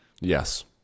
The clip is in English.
Yes